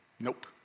nope